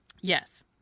Yes